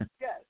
Yes